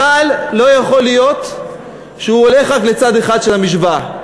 אבל לא יכול להיות שהוא הולך רק לצד אחד של המשוואה.